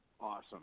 Awesome